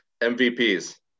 MVPs